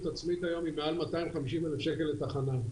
עצמית היא מעל 250,000 שקל לתחנה.